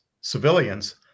civilians